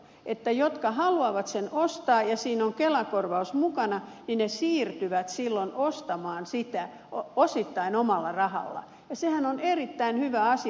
ne jotka haluavat ne ostaa ja siinä on kelakorvaus mukana niin he siirtyvät silloin ostamaan niitä osittain omalla rahalla ja sehän on erittäin hyvä asia